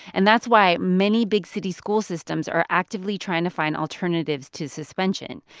and that's why many big-city school systems are actively trying to find alternatives to suspension.